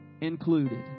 included